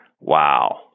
wow